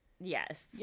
Yes